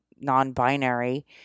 non-binary